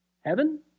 heaven